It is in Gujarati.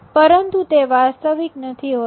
પરંતુ તે વાસ્તવિક નથી હોતી